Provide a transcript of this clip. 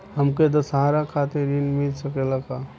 हमके दशहारा खातिर ऋण मिल सकेला का?